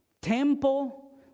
temple